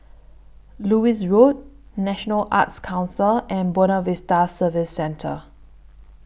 Lewis Road National Arts Council and Buona Vista Service Centre